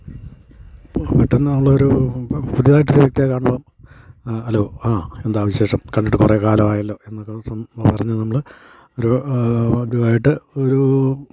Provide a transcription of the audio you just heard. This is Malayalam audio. ഇപ്പം പെട്ടെന്ന് നമ്മൾ ഒരു ഇപ്പം പുതിയതായിട്ട് ഒരു വ്യക്തിയെ കാണുമ്പോൾ ആ ഹലോ ആ എന്താണ് വിശേഷം കണ്ടിട്ട് കുറേ കാലമായല്ലോ എന്നൊക്കെ ഇപ്പം പറഞ്ഞു നമ്മൾ അവർ അവരുമായിട്ട് ഒരൂ